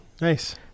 Nice